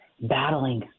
battling